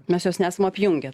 mes jos nesam apjungę